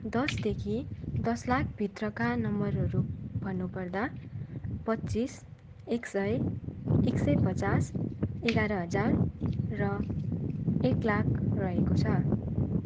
दसदेखि दस लाखभित्रका नम्बरहरू भन्नु पर्दा पच्चिस एक सय एक सय पचास एघार हजार र एक लाख रहेको छ